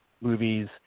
movies